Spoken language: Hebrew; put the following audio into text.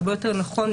הרבה יותר נכון,